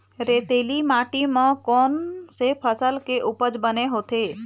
रेतीली माटी म कोन से फसल के उपज बने होथे?